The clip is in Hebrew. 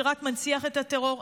שרק מנציח את הטרור?